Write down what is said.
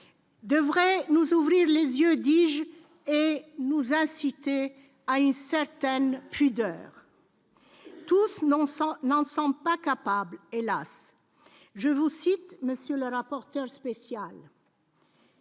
devrait nous ouvrir les yeux, dirige et nous inciter à une certaine pudeur toute non son non-sens pas capable, hélas, je vous cite, monsieur le rapporteur spécial.